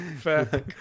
fair